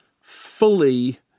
fully